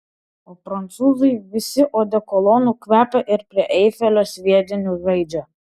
o prancūzai visi odekolonu kvepia ir prie eifelio sviediniu žaidžia